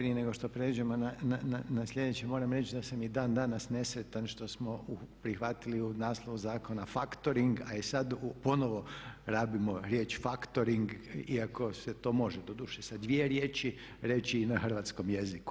Prije nego što prijeđemo na sljedeće moram reći da sam i dan danas nesretan što smo prihvatili u naslovu zakona faktoring, a i sad ponovno rabimo riječ faktoring iako se to može, doduše sa dvije riječi, reći i na hrvatskom jeziku.